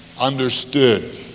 understood